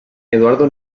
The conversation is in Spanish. eduardo